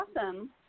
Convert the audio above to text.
awesome